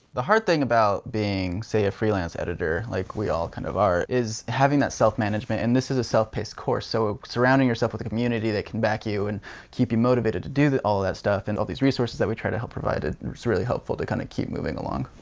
the hard thing about being, say a freelance editor, like we all kind of are, is having that self-management, and this is a self-paced course. so, surrounding yourself with a community that can back you and keep you motivated to do all that stuff and all these resources that we try to help provide. ah it's really helpful to kinda keep moving along.